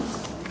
Hvala